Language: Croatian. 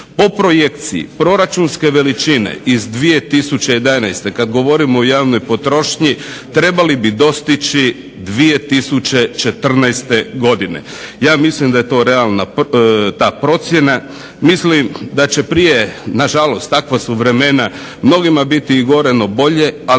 Po projekciji proračunske veličine iz 2011.kada govorimo o javnoj potrošnji trebali bi dostići 2014.godine. Ja mislim da je to realna procjena. Mislim da će prije, nažalost takva su vremena, mnogima biti i gore no bolje ali